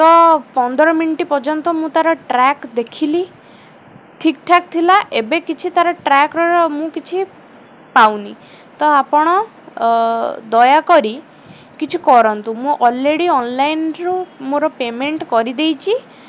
ତ ପନ୍ଦର ମିନିଟ୍ ପର୍ଯ୍ୟନ୍ତ ମୁଁ ତା'ର ଟ୍ରାକ୍ ଦେଖିଲି ଠିକ୍ ଠାକ୍ ଥିଲା ଏବେ କିଛି ତା'ର ଟ୍ରାକ୍ର ମୁଁ କିଛି ପାଉନି ତ ଆପଣ ଦୟାକରି କିଛି କରନ୍ତୁ ମୁଁ ଅଲ୍ରେଡ଼ି ଅନ୍ଲାଇନ୍ରୁ ମୋର ପେମେଣ୍ଟ କରିଦେଇଛି